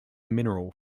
mineral